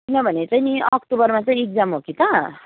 किनभने चाहिँ नि अक्टोबरमा चाहिँ इक्जाम हो कि त